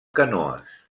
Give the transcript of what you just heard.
canoes